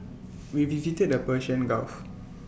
we visited the Persian gulf